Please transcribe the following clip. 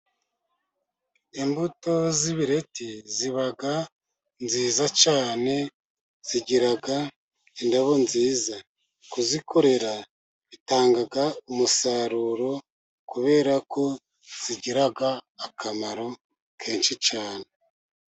Imbuto z'ibireti, ziba nziza cyane, zigira indabo nziza, kuzikorera bitanga umusaruro, kubera ko zigiraga akamaro kenshi cyane.